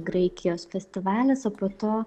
graikijos festivalis o po to